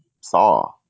saw